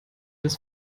des